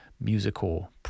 musical